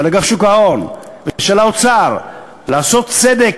ושל אגף שוק ההון ושל האוצר לעשות צדק